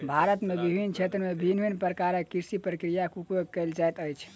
भारत में विभिन्न क्षेत्र में भिन्न भिन्न प्रकारक कृषि प्रक्रियाक उपयोग कएल जाइत अछि